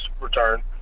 return